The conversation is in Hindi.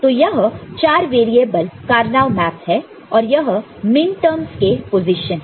तो यह 4 वेरिएबल कार्नो मैप है और यह मिनटर्म्स के पोजीशन है